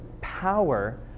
power